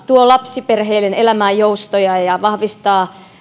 tuo lapsiperheiden elämään joustoja ja vahvistaa